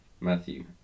Matthew